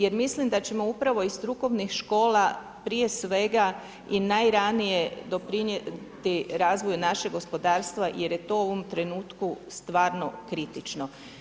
Jer mislim da ćemo upravo iz strukovnih škola prije svega i najranije doprinijeti razvoju našeg gospodarstva jer je to u ovom trenutku stvarno kritično.